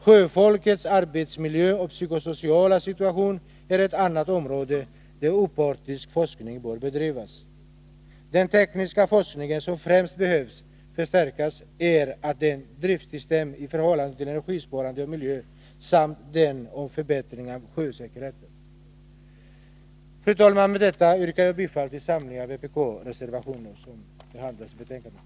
Sjöfolkets arbetsmiljö och psykosociala situation är ett annat område där opartisk forskning bör bedrivas. Den tekniska forskning som främst behöver förstärkas är den om driftsystem i förhållande till energisparande och miljö samt den om förbättring av sjösäkerheten. Fru talman! Med detta yrkar jag bifall till samtliga vpk-reservationer som har fogats till betänkandet.